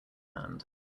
hand